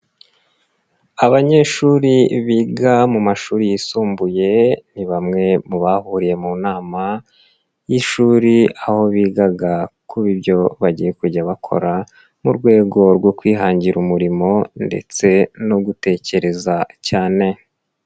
Abanyeshuri biga mu mashuri yisumbuye, ni bamwe mu bahuriye mu nama y'ishuri aho bigaga ku byo bagiye kujya bakora mu rwego rwo kwihangira umurimo ndetse no gutekereza cyane.